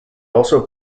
also